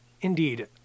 Indeed